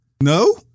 no